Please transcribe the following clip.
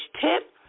tip